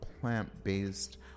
plant-based